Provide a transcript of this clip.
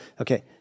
Okay